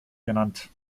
genannt